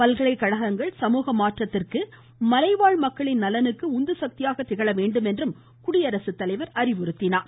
பல்கலைக்கழகங்கள் சமூக மாற்றத்திற்கு மலைவாழ் மக்களின் நலனுக்கு உந்துசக்தியாக திகழ வேண்டுமென்றும் குடியரசுத் தலைவர் அறிவுறுத்தினார்